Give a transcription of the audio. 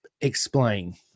explain